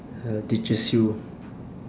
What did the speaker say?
uh teaches you